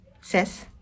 says